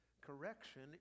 correction